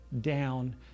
down